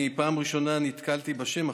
אני פעם ראשונה נתקלתי בשם,